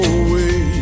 away